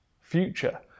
future